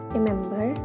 Remember